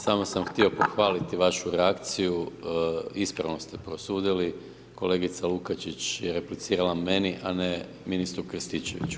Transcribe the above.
Samo sam htio pohvaliti vašu reakciju, ispravno ste prosudili, kolegica Lukačić je replicirala meni a ne ministru Krstičeviću.